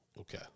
Okay